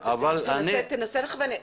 תנסה לכוון.